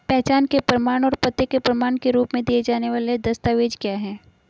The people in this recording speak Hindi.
पहचान के प्रमाण और पते के प्रमाण के रूप में दिए जाने वाले दस्तावेज क्या हैं?